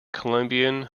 columbian